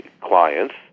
clients